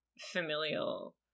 familial